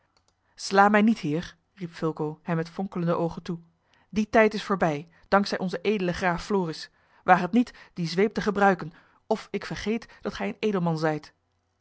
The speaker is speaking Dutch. sla mij niet heer riep fulco hem met fonkelende oogen toe die tijd is voorbij dank zij onzen edelen graaf floris waag het niet die zweep te gebruiken of ik vergeet dat gij een edelman zijt